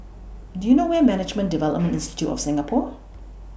Do YOU know Where IS Management Development Institute of Singapore